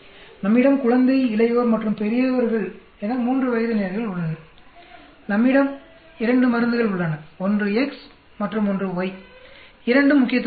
நம்மிடம் குழந்தை இளையவர்கள் மற்றும் பெரியவர்கள் என மூன்று வயது நிலைகள் உள்ளன நம்மிடம் இரண்டு மருந்துகள் உள்ளன ஒன்று X மற்றும் Y இரண்டும் முக்கியத்துவம் வாய்ந்தவை